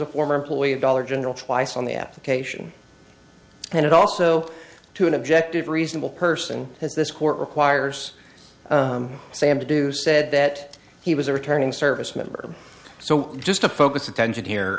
a former employee of dollar general twice on the application and it also to an objective reasonable person has this court requires sam to do said that he was a returning service member so just to focus attention